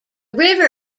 river